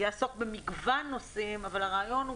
שיעסוק במגוון נושאים אבל הרעיון הוא